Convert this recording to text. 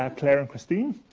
um claire and christine.